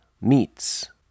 Meets